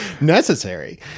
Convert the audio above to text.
necessary